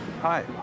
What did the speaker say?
Hi